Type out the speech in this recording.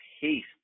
haste